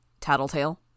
Tattletale